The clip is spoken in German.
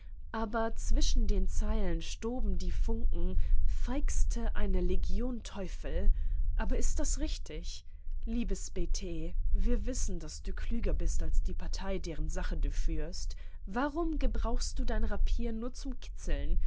aber zwischen den zeilen stoben die funken feixte eine legion teufel aber ist das richtig liebes b t wir wissen daß du klüger bist als die partei deren sache du führst warum gebrauchst du dein rapier nur zum kitzeln